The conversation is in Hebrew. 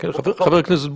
השאלה,